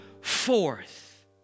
forth